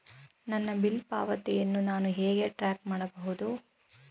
ನನ್ನ ಬಿಲ್ ಪಾವತಿಯನ್ನು ನಾನು ಹೇಗೆ ಟ್ರ್ಯಾಕ್ ಮಾಡಬಹುದು?